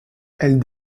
elle